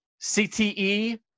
CTE